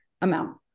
amount